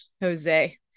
Jose